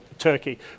Turkey